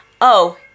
Oh